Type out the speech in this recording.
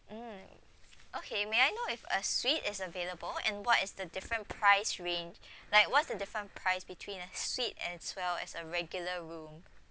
mm okay may I know if a suite is available and what is the different price range like what's the different price between a suite and as well as a regular room